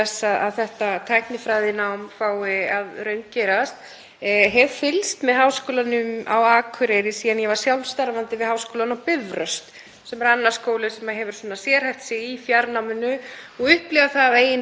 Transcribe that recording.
sem er annar skóli sem hefur sérhæft sig í fjarnámi, og hef upplifað á eigin skinni hversu mjög þetta skiptir máli fyrir atvinnutækifærin, styrkingu og það að sækja fram á viðkomandi svæði.